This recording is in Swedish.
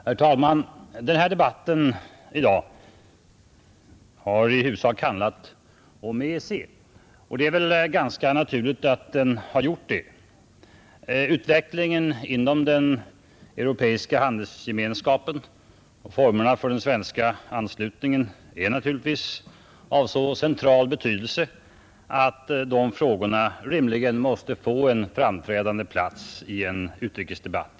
Herr talman! Debatten i dag har i huvudsak handlat om EEC. Det är väl också ganska naturligt att den har gjort det. Utvecklingen inom den europeiska handelsgemenskapen och formerna för en svensk anslutning är av så central betydelse för vår framtid att dessa frågor måste få en framträdande plats i vår utrikesdebatt.